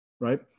right